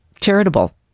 charitable